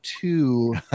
two